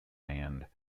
band